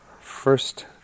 first